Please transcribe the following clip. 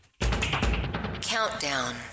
Countdown